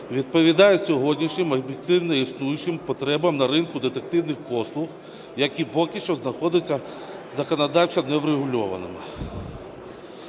відповідає сьогоднішнім об'єктивно існуючим потребам на ринку детективних послуг, які поки що знаходяться законодавчо неврегульованими.